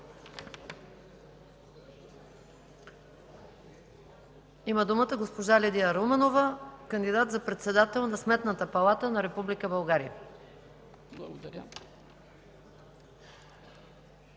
Има думата госпожа Лидия Руменова, кандидат за председател на Сметната палата на Република България.